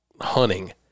hunting